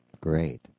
Great